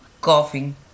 coughing